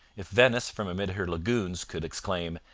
if venice from amid her lagoons could exclaim,